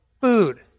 food